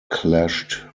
clashed